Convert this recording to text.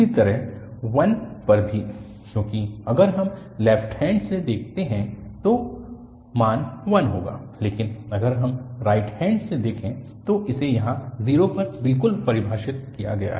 इसी तरह 1 पर भी क्योंकि अगर हम लेफ्ट हैन्ड से देखते हैं तो मान 1 होगा लेकिन अगर हम राइट हैन्ड से देखें या इसे यहाँ 0 पर बिल्कुल परिभाषित किया गया है